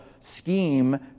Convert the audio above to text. scheme